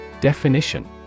Definition